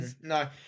No